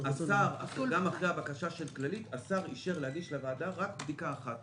גם אחרי הבקשה של כללית השר אישר להגיש לוועדה רק בדיקה אחת,